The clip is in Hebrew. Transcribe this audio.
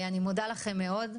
אני מודה לכם מאוד.